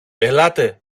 ελάτε